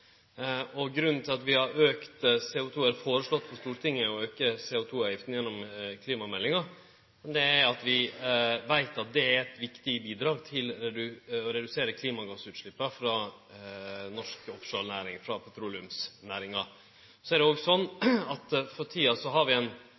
CO2-utslepp. Grunnen til at vi i klimameldinga har foreslått for Stortinget å auke CO2-avgifta, er at vi veit at dette er eit viktig bidrag til å redusere klimagassutsleppa frå norsk offshorenæring, frå petroleumsnæringa. Så er det